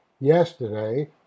Yesterday